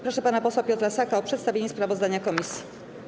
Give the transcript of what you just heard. Proszę pana posła Piotra Saka o przedstawienie sprawozdania komisji.